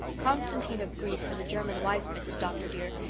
constantine of greece has a german wife, mrs. dr. dear,